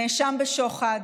נאשם בשוחד,